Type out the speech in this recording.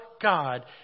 God